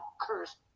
cursed